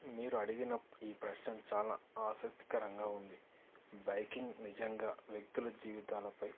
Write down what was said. మీరు అడిగిన ఈ ప్రశ్న చాలా ఆసక్తికరంగా ఉంది బైకింగ్ నిజంగా వ్యక్తుల జీవితాలపై